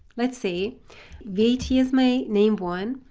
let's say vat is my name one,